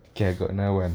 okay I got another one